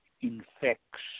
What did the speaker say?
infects